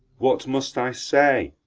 what must i say